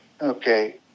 Okay